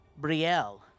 Brielle